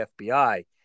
FBI